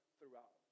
throughout